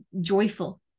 joyful